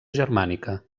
germànica